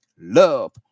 love